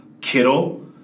Kittle